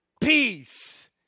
peace